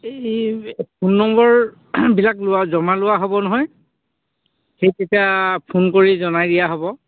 এই phone number বিলাক লোৱা জমা লোৱা হ'ব নহয় সেই তেতিয়া ফোন কৰি জনাই দিয়া হ'ব